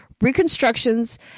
reconstructions